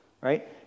right